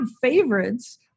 favorites